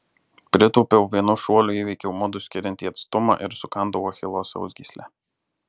pritūpiau vienu šuoliu įveikiau mudu skiriantį atstumą ir sukandau achilo sausgyslę